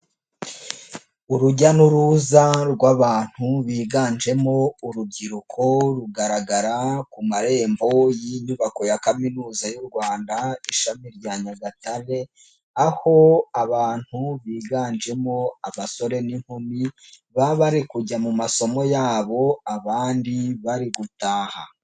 Urujya n'uruza rw'abantu biganjemo urubyiruko rugaragara ku marembo y'inyubako ya kaminuza y'u Rwanda ishami rya Nyagatare, aho abantu biganjemo abasore n'inkumi, baba bari kujya mu masomo yabo, abandi bari gutaha.